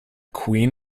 queen